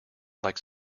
like